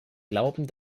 glauben